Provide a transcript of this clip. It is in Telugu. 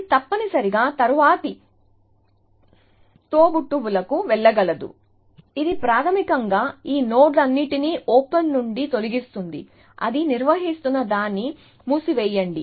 అది తప్పనిసరిగా తరువాతి తోబుట్టువులకు వెళ్ళగలదు ఇది ప్రాథమికంగా ఈ నోడ్లన్నింటినీ ఓపెన్ నుండి తొలగిస్తుంది అది నిర్వహిస్తున్న దాన్ని మూసివేయండి